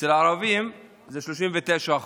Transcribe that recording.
אצל הערבים זה 39%,